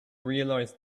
realise